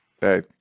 Hey